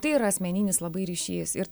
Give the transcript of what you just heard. tai yra asmeninis labai ryšys ir